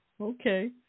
Okay